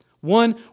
One